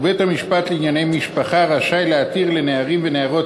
ובית-המשפט לענייני משפחה רשאי להתיר לנערים ונערות